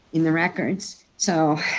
in the records. so